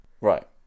Right